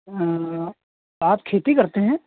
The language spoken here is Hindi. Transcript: हाँ आप खेती करते हैं